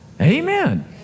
Amen